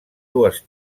dues